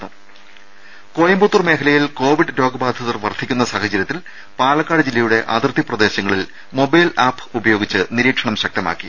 ദേദ കോയമ്പത്തൂർ മേഖലയിൽ കോവിഡ് രോഗബാധിതർ വർദ്ധിക്കുന്ന സാഹചര്യത്തിൽ പാലക്കാട് ജില്ലയുടെ അതിർത്തി പ്രദേശങ്ങളിൽ മൊബൈൽ ആപ്പ് ഉപയോഗിച്ച് നിരീക്ഷണം ശക്തമാക്കി